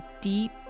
deep